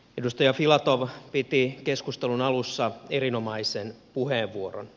edustaja filatov piti keskustelun alussa erinomaisen puheenvuoron